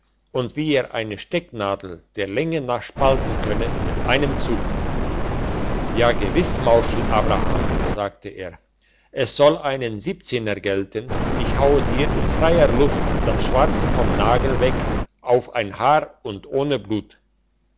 und wie er eine stecknadel der länge nach spalten könne mit einem zug ja gewiss mauschel abraham sagte er es soll einen siebzehner gelten ich haue dir in freier luft das schwarze vom nagel weg auf ein haar und ohne blut